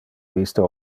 vista